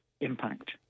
impact